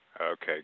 Okay